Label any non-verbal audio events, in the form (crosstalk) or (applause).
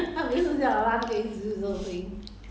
(laughs)